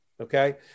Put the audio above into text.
okay